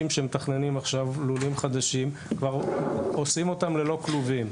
שמתכננים עכשיו לולים חדשים כבר עושים אותם ללא כלובים.